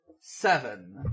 seven